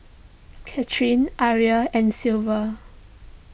Katharine Aria and Silver